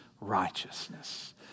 righteousness